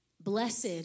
Blessed